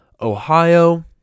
Ohio